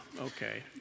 okay